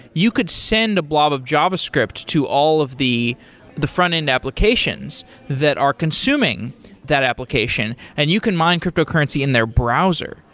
you could send a blob of javascript to all of the the front-end applications that are consuming that application, and you can mine cryptocurrency in their browser.